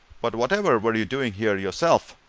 but whatever were you doing here, yourself?